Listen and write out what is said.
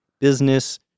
business